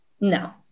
No